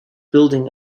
building